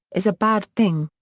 is a bad thing.